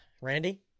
Randy